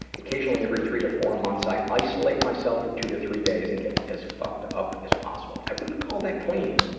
occasionally every three to four months, i isolate myself for two to three days and get as fucked up as possible. i wouldn't call that clean.